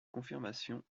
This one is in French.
confirmation